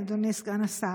אדוני סגן השר,